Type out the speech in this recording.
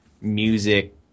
music